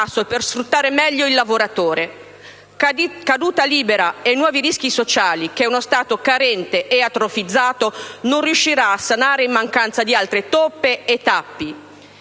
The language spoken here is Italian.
per sfruttare meglio il lavoratore; una caduta libera e nuovi rischi sociali che uno Stato carente e atrofizzato non riuscirà a sanare in mancanza di altre toppe e tappi.